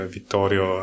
Vittorio